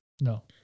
no